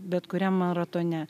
bet kuriam maratone